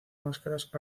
máscaras